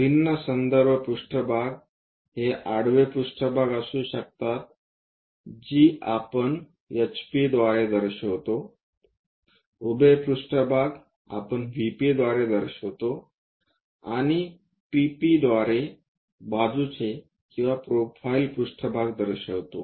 भिन्न संदर्भ पृष्ठभाग हे आडवी पृष्ठभाग असू शकतात जी आपण HP द्वारे दर्शवितो उभे पृष्ठभाग आपण VP द्वारे दर्शवितो आणि PP द्वारे बाजूचे किंवा प्रोफाइल पृष्ठभाग दर्शवितो